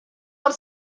del